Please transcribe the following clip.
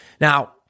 Now